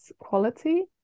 quality